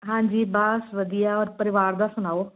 ਹਾਂਜੀ ਬਸ ਵਧੀਆ ਹੋਰ ਪਰਿਵਾਰ ਦਾ ਸੁਣਾਓ